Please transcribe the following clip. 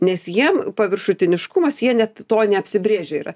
nes jiem paviršutiniškumas jie net to neapsibrėžę yra